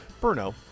bruno